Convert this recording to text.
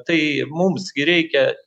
tai mums gi reikia